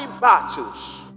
battles